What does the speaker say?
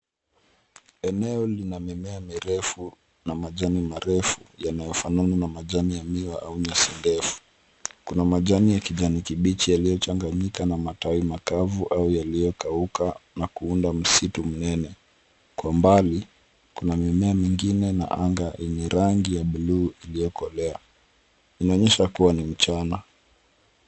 Eneo lina mimea mirefu na majani marefu yanayofanana na majani ya miwa au nyasi ndefu. Kuna majani ya kijani kibichi yaliyochanganyika na matawi makavu au yaliyokauka na kuunda msitu mnene. Kwa mbali, kuna mimea mingine na anga yenye rangi ya bluu iliyokolea. Inaonyesha kuwa ni mchana.